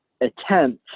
attempts